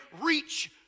reach